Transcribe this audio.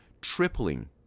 tripling